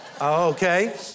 Okay